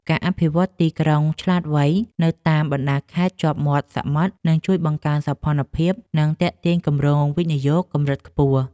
ការអភិវឌ្ឍន៍ទីក្រុងឆ្លាតវៃនៅតាមបណ្តាខេត្តជាប់មាត់សមុទ្រនឹងជួយបង្កើនសោភ័ណភាព និងទាក់ទាញគម្រោងវិនិយោគកម្រិតខ្ពស់។